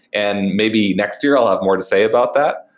and maybe next year i'll have more to say about that.